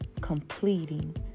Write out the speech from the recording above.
completing